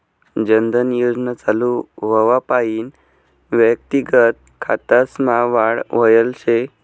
जन धन योजना चालू व्हवापईन व्यक्तिगत खातासमा वाढ व्हयल शे